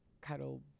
cuddle